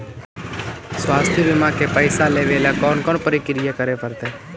स्वास्थी बिमा के पैसा लेबे ल कोन कोन परकिया करे पड़तै?